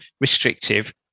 restrictive